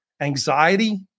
anxiety